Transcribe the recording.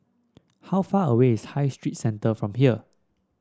how far away is High Street Centre from here